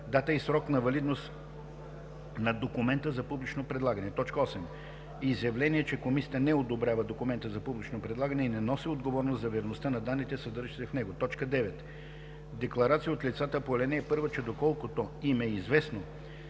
дата и срок на валидност на документа за публично предлагане; 8. изявление, че комисията не одобрява документа за публично предлагане и не носи отговорност за верността на данните, съдържащи се в него; 9. декларация от лицата по ал. 1, че доколкото им е известно